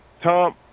Tom